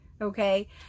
Okay